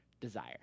desire